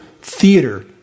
theater